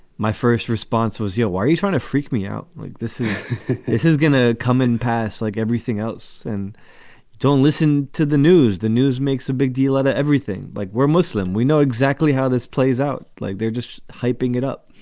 my first response was, you know, why are you trying to freak me out like this is this is going to come in past like everything else. and don't listen to the news. the news makes a big deal out of and everything. like we're muslim. we know exactly how this plays out. like they're just hyping it up